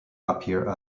appear